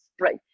Right